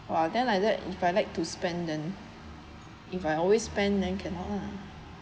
!wah! then like that if I like to spend then if I always spend then cannot lah